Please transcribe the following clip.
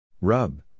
Rub